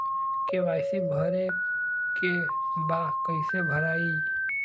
KYC भरे के बा कइसे भराई?